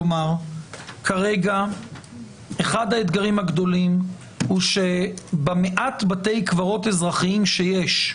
כרגע אחד האתגרים הגדולים הוא שבמעט בתי הקברות האזרחיים שיש,